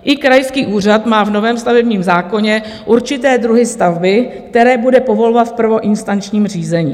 I krajský úřad má v novém stavebním zákoně určité druhy stavby, které bude povolovat v prvoinstančním řízení.